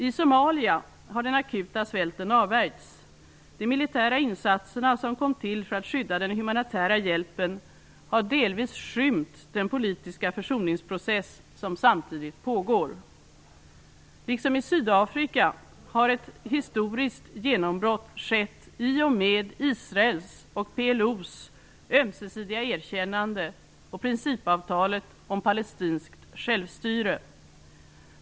I Somalia har den akuta svälten avvärjts. De militära insatserna, som kom till för att skydda den humanitära hjälpen, har delvis skymt den politiska försoningsprocess som samtidigt pågår. Liksom i Sydafrika har ett historiskt genombrott skett i och med Israels och PLO:s ömsesidiga erkännande och principavtalet om palestinskt självstyre.